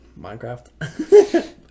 Minecraft